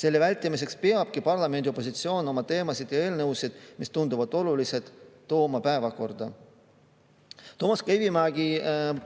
Selle vältimiseks peabki parlamendi opositsioon oma teemasid ja eelnõusid, mis tunduvad olulised, tooma päevakorda. Toomas Kivimägi